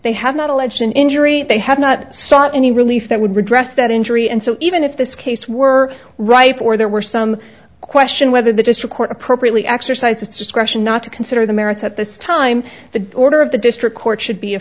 they have not alleged an injury they have not sought any relief that would regress that injury and so even if this case were ripe or there were some question whether the district court appropriately exercise discretion not to consider the merits at this time the order of the district court should be a